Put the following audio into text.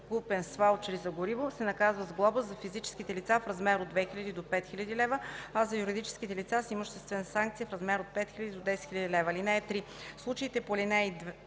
закупен с ваучери за гориво, се наказва с глоба – за физическите лица в размер от 2000 до 5000 лв., а за юридическите лица – с имуществена санкция в размер от 5000 до 10 000 лв. (3) В случаите по ал.